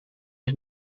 het